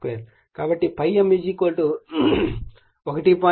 కాబట్టి ∅ m 1